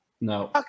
No